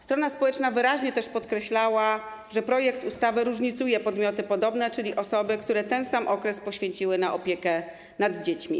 Strona społeczna wyraźnie też podkreślała, że projekt ustawy różnicuje podmioty podobne, czyli osoby, które ten sam okres poświęciły na opiekę nad dziećmi.